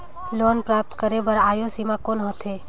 Loan प्राप्त करे बर आयु सीमा कौन होथे?